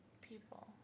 people